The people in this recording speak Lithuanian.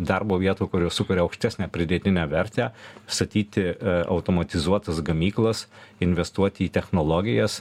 darbo vietų kurios sukuria aukštesnę pridėtinę vertę statyti automatizuotas gamyklas investuoti į technologijas